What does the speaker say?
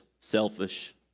selfish